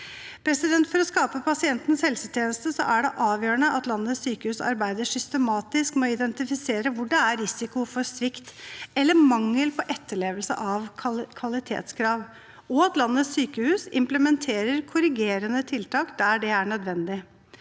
For å skape pasientens helsetjeneste er det avgjørende at landets sykehus arbeider systematisk med å identifisere hvor det er risiko for svikt eller mangel på etterlevelse av kvalitetskrav, og at landets sykehus implementerer korrigerende tiltak der det er nødvendig.